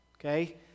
okay